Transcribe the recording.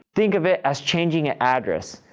think of it as changing an address.